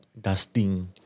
dusting